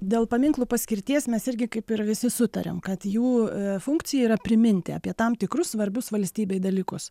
dėl paminklų paskirties mes irgi kaip ir visi sutariam kad jų funkcija yra priminti apie tam tikrus svarbius valstybei dalykus